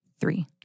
Three